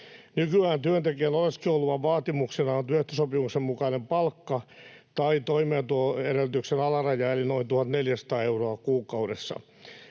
Nykyään työntekijän oleskeluluvan vaatimuksena on työehtosopimuksen mukainen palkka tai toimeentuloedellytyksen alaraja eli noin 1 400 euroa kuukaudessa.